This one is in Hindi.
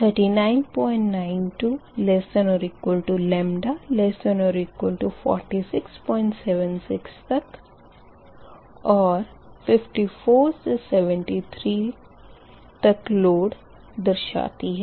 3992≤λ≤4676 तक और 54 से 73 तक लोड दर्शाती है